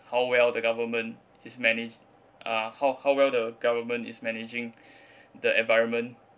how well the government is managed uh how how well the government is managing the environment